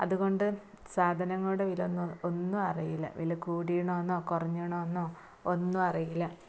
അതുകൊണ്ട് സാധനങ്ങളുടെ വില ഒന്നും ഒന്നും അറിയില്ല വില കൂടിയോ എന്നോ കുറഞ്ഞിനോ എന്നോ ഒന്നും അറിയില്ല